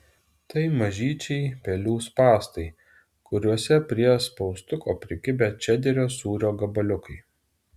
tai mažyčiai pelių spąstai kuriuose prie spaustuko prikibę čederio sūrio gabaliukai